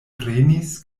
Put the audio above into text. prenis